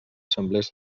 semblés